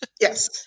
Yes